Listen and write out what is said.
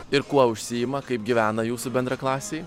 ir kuo užsiima kaip gyvena jūsų bendraklasiai